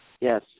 yes